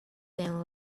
them